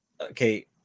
okay